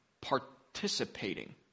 participating